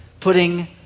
Putting